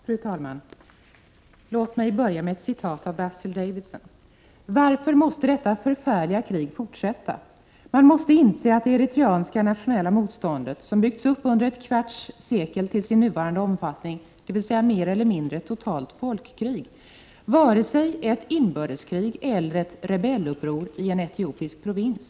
Fru talman! Låt mig börja med ett citat av Basil Davidson: ”Varför måste detta förfärliga krig fortsätta, och hur länge? Man måste inse att det eritreanska nationella motståndet, som byggts upp under ett kvarts sekel till sin nuvarande omfattning, dvs. mer eller mindre ett totalt folkkrig, är varken ett inbördeskrig eller ett rebelluppror i en etiopisk provins.